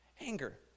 anger